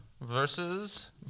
versus